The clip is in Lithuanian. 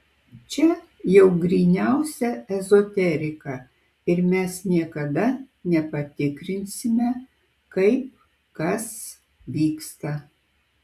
čia jau gryniausia ezoterika ir mes niekada nepatikrinsime kaip kas vyksta